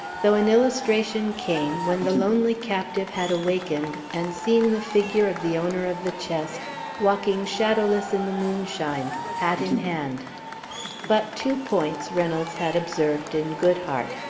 though an illustration came when the lonely captive had awakened and seen the figure of the owner of the chest walking shadowless in the moonshine, hat in hand but two points reynolds had observed in goodhart.